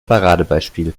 paradebeispiel